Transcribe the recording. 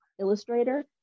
illustrator